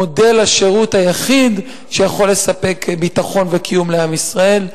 מודל השירות היחיד שיכול לספק ביטחון וקיום לעם ישראל.